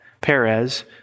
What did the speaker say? Perez